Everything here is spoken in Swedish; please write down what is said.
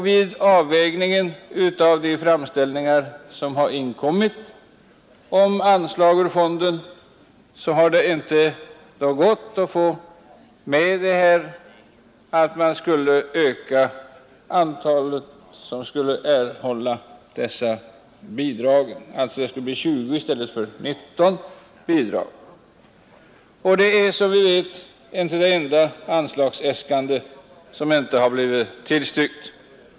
Vid avvägningen av de framställningar som har inkommit om anslag ur fonden har det inte gått att öka antalet bidrag från 19 till 20. Det är som vi vet inte det enda anslagsäskande som inte har blivit tillstyrkt.